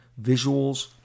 Visuals